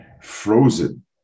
frozen